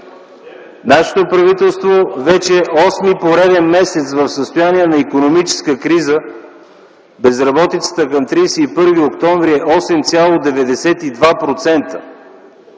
Нашето правителство вече осми пореден месец в състояние на икономическа криза, безработицата към 31 октомври е 8,92%,